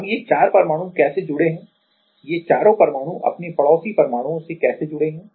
अब ये 4 परमाणु कैसे जुड़े हैं ये चारों परमाणु अपने पड़ोसी परमाणुओं से कैसे जुड़े हैं